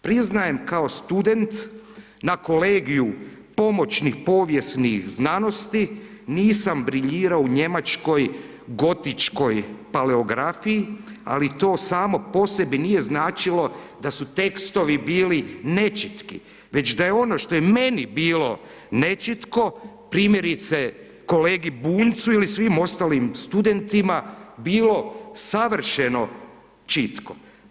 Priznajem, kao student na kolegiju pomoćnih povijesnih znanosti nisam briljirao u Njemačkoj Gotičkoj paleografiji, ali to samo po sebi nije značilo da su tekstovi bili nečitki, već da je ono što je meni bilo nečitko, primjerice kolegi Bunjcu ili svim ostalim studentima, bilo savršeno čitko.